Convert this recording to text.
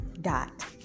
dot